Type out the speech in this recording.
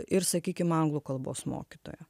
ir sakykim anglų kalbos mokytoja